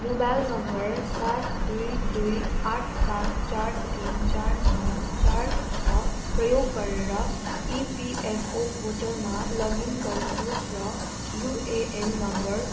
mobile number सात दुई दुई आठ सात चार तिन चार नौ चार छ प्रयोग गरेर इपिएफओ पोर्टलमा लगइन गर्नुहोस् र युएएन नम्बर